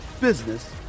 business